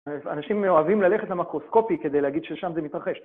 אנשים אוהבים ללכת למקרוסקופי כדי להגיד ששם זה מתרחש.